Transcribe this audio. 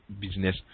business